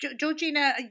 Georgina